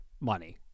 money